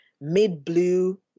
Mid-blue